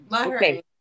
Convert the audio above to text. Okay